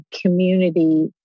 community